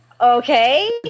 Okay